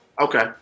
Okay